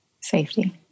Safety